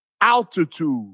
Altitude